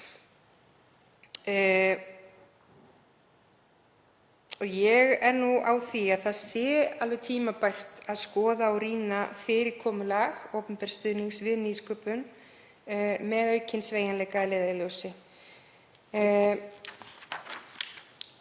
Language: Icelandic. Ég er á því að það sé alveg tímabært að skoða og rýna fyrirkomulag opinbers stuðnings við nýsköpun með aukinn sveigjanleika að leiðarljósi.